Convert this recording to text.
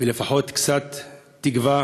ולפחות קצת תקווה